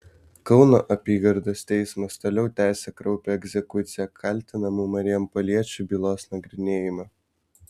kauno apygardos teismas toliau tęsia kraupią egzekucija kaltinamų marijampoliečių bylos nagrinėjimą